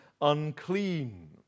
unclean